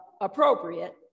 appropriate